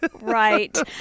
Right